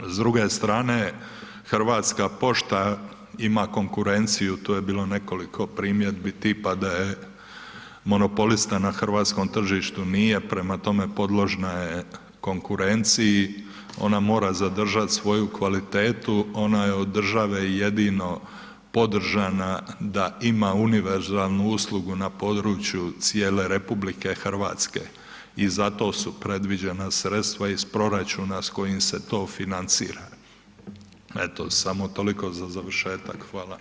S druge strane, Hrvatska pošta ima konkurenciju, tu je bilo nekoliko primjedbi tipa da je monopolista na hrvatskom tržištu, nije, prema tome podložna je konkurenciji, ona mora zadržat svoju kvalitetu, ona je od države jedino podržana da ima univerzalnu uslugu na području cijele RH i zato su predviđena sredstva iz proračuna s kojim se to financira, eto samo toliko za završetak.